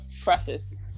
preface